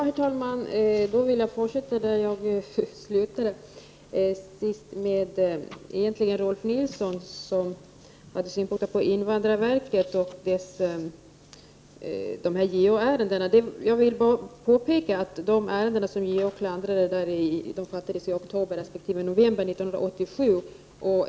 Herr talman! Jag ämnar fortsätta där jag senast slutade med att kommentera Rolf L Nilsons synpunkter på invandrarverket och de här JO-ärendena. Jag vill bara påpeka att de beslut som JO kritiserade fattades i oktober resp. november 1987.